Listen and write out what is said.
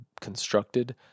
constructed